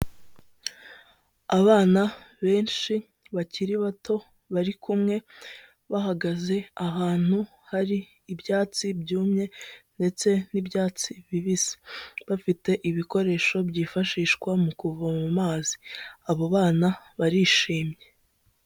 Abana benshi bakiri bato bari kumwe bahagaze ahantu hari ibyatsi byumye ndetse n'ibyatsi bibisi, bafite ibikoresho byifashishwa mu kuvoma amazi abo bana barishimye.